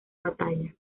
batalla